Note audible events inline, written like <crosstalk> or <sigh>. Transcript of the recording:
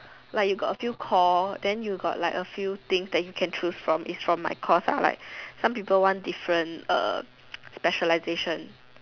like you got a few core then you got like a few things that you can choose from is from my course ah like some people want different uh <noise> specialization